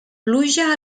pluja